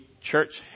Church